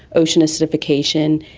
ocean acidification,